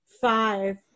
five